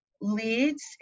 leads